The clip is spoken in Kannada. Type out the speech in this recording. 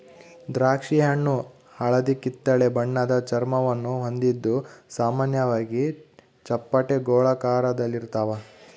ದ್ರಾಕ್ಷಿಹಣ್ಣು ಹಳದಿಕಿತ್ತಳೆ ಬಣ್ಣದ ಚರ್ಮವನ್ನು ಹೊಂದಿದ್ದು ಸಾಮಾನ್ಯವಾಗಿ ಚಪ್ಪಟೆ ಗೋಳಾಕಾರದಲ್ಲಿರ್ತಾವ